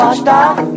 Stop